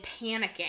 panicking